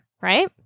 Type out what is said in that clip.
right